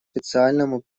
специальному